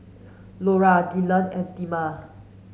Lora Dylan and Thelma